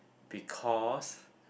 because